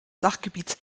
sachgebiets